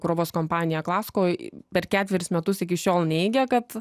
krovos kompanija klasko per ketverius metus iki šiol neigia kad